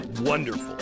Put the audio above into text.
wonderful